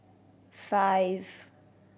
five